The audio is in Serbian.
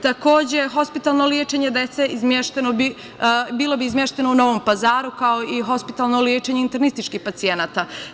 Takođe, hospitalno lečenje dece bilo bi izmešteno u Novom Pazaru, kao i hospitalno lečenje internističkih pacijenata.